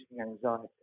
anxiety